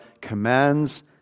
commands